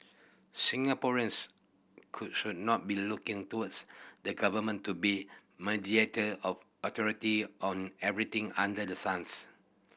Singaporeans could should not be looking towards the government to be mediator or authority on everything under the sun